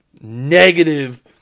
negative